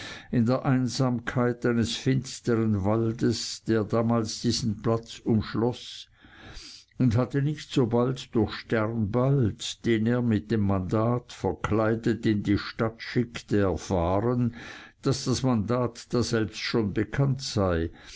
in der einsamkeit eines finsteren waldes der damals diesen platz umschloß und hatte nicht sobald durch sternbald den er mit dem mandat verkleidet in die stadt schickte erfahren daß das mandat daselbst schon bekannt sei